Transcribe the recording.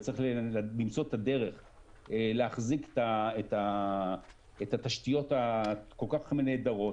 וצריך למצוא את הדרך להחזיק את התשתיות הכול-כך נהדרות,